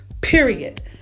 period